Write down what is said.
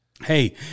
Hey